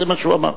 זה מה שהוא אמר.